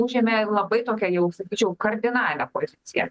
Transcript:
užėmė labai tokią jau sakyčiau kardinalią poziciją